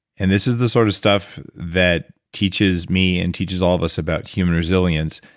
and this is the sort of stuff that teaches me, and teaches all of us about human resilience,